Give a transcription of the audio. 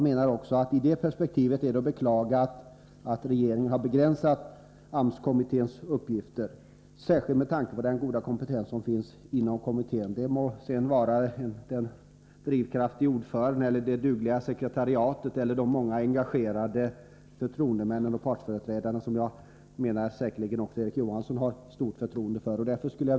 Med hänsyn härtill måste man beklaga att regeringen har begränsat AMS kommitténs uppgifter, särskilt med tanke på den stora kompetens som finns inom kommittén. Det må sedan vara den handlingskraftiga ordföranden, det dugliga sekretariatet eller de många engagerade förtroendemännen och partsföreträdarna, som säkerligen också Erik Johansson har stort förtroende för, som står för kompetensen.